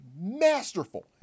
masterful